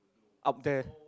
up there